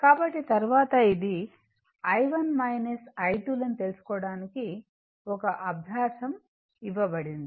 కాబట్టి తరువాత రెండు పద్ధతులను ఉపయోగించి i1 i2 విలువని కనుగొనడానికి ఒక అభ్యాసం ఇవ్వబడింది